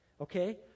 okay